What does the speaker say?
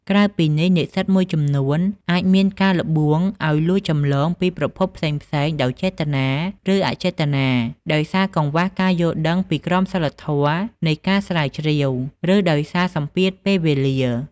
ក្រៅពីនេះ និស្សិតមួយចំនួនអាចមានការល្បួងឱ្យលួចចម្លងពីប្រភពផ្សេងៗដោយចេតនា ឬអចេតនា ដោយសារកង្វះការយល់ដឹងពីក្រមសីលធម៌នៃការស្រាវជ្រាវ ឬដោយសារសម្ពាធពេលវេលា។